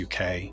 uk